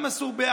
גם זה אסור.